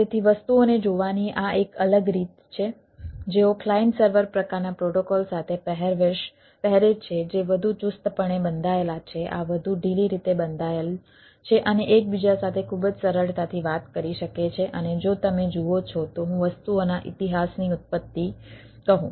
તેથી વસ્તુઓને જોવાની આ એક અલગ રીત છે જેઓ ક્લાયન્ટ સર્વર પ્રકારના પ્રોટોકોલ સાથે પહેરવેશ પહેરે છે જે વધુ ચુસ્તપણે બંધાયેલા છે આ વધુ ઢીલી રીતે બંધાયેલ છે અને એકબીજા સાથે ખૂબ જ સરળતાથી વાત કરી શકે છે અને જો તમે જુઓ છો જો હું વસ્તુઓના ઇતિહાસની ઉત્પત્તિ કહું